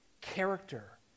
character